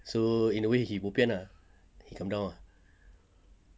so in a way he bo pian ah he come down ah